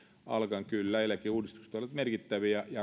alkaen kyllä eläkeuudistukset olivat merkittäviä ja